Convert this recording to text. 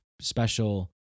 special